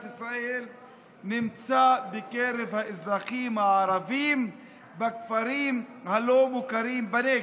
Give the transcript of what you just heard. ישראל נמצא בקרב האזרחים הערבים בכפרים הלא-מוכרים בנגב.